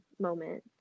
moment